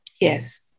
Yes